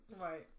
right